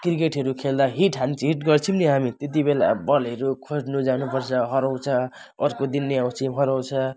क्रिकेटहरू खेल्दा हिट हान हिट गर्थ्यौँ नि हामी त्यति बेला बलहरू खोज्नु जानुपर्छ हराउँछ अर्को दिन नि आउँछ हराउँछ